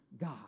God